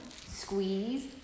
squeeze